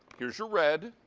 here's red.